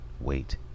wait